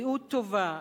בריאות טובה,